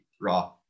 raw